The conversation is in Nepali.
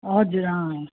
हजुर अँ